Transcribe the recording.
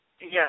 Yes